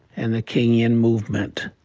and the kingian movement.